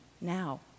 now